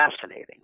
Fascinating